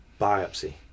biopsy